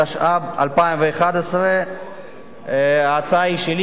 התשע"ב 2011. ההצעה היא שלי,